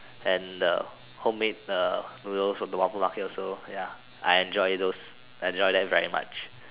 and the homemade uh noodles of the Whampoa market also ya I enjoy those I enjoy that very much